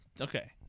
Okay